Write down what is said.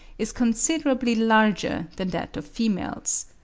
is considerably larger than that of females.